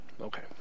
okay